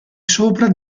sopra